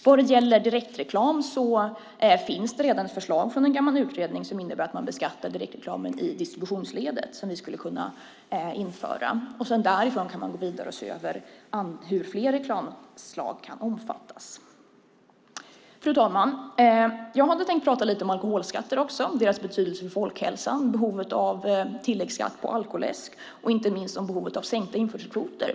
När det gäller direktreklamen finns det redan ett förslag från en tidigare utredning om att beskatta direktreklam i distributionsledet, något som vi skulle kunna införa. Därifrån kan man gå vidare och se över hur fler reklamslag kan omfattas. Fru talman! Jag hade också tänkt prata lite grann om alkoholskatter och deras betydelse för folkhälsan, om behovet av en tilläggsskatt på alkoläsk och inte minst om behovet av sänkta införselkvoter.